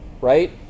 right